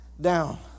down